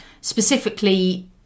specifically